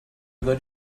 good